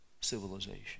civilization